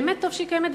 באמת טוב שהיא קיימת,